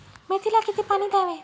मेथीला किती पाणी द्यावे?